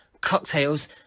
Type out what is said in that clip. cocktails